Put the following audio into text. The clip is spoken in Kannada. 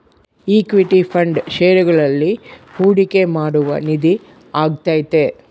ಇಕ್ವಿಟಿ ಫಂಡ್ ಷೇರುಗಳಲ್ಲಿ ಹೂಡಿಕೆ ಮಾಡುವ ನಿಧಿ ಆಗೈತೆ